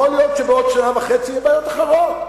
יכול להיות שבעוד שנה וחצי יהיו בעיות אחרות: